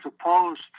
opposed